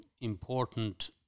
important